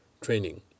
training